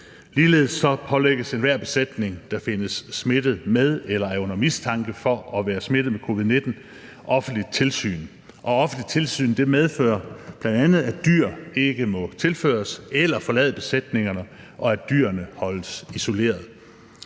Ligeledes pålægges enhver besætning, der findes smittet med eller er under mistanke for at være smittet med covid-19, offentligt tilsyn. Og offentligt tilsyn medfører bl.a., at dyr ikke må tilføres eller forlade besætningerne, og at dyrene holdes isoleret.